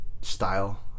style